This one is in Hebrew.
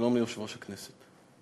שלום ליושב-ראש הכנסת.